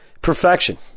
perfection